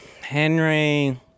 Henry